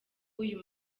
uyu